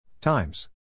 Times